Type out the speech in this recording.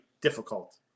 difficult